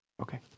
Okay